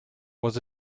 was